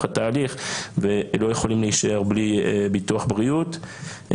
התהליך ולא יכולים להישאר בלי ביטוח בריאות.